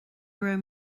raibh